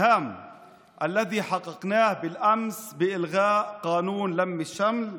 שהשגנו אתמול בהפלת חוק מניעת האיחוד.